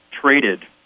traded